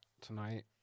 tonight